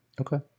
Okay